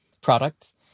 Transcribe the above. products